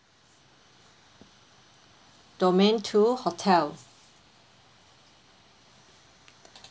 domain two hotel